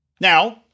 now